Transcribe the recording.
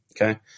Okay